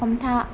हमथा